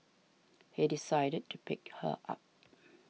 he decided to pick her up